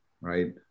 Right